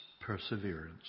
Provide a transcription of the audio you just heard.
perseverance